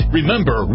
Remember